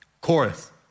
Chorus